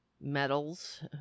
medals